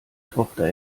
tochter